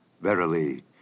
Verily